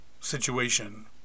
situation